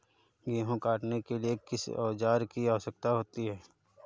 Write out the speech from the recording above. गेहूँ काटने के लिए किस औजार की आवश्यकता होती है?